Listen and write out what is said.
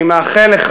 אני מאחל לך,